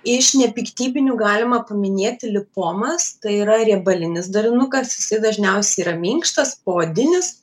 iš nepiktybinių galima paminėti lipomas tai yra riebalinis darinukas jisai dažniausiai yra minkštas poodinis